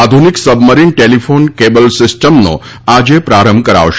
આધુનીક submarine telephone cable સીસ્ટમનો આજે પ્રારંભ કરાવશે